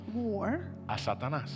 war